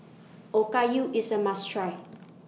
Okayu IS A must Try